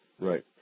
right